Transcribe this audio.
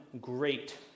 great